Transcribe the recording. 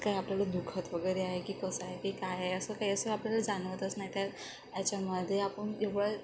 काही आपल्याला दुखत वगैरे आहे की कसं आहे की काय आहे असं काही असं आपल्याला जाणवतच नाही त्या याच्यामध्ये आपण एवढं